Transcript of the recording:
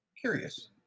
Curious